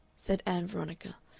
said ann veronica,